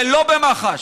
ולא במח"ש.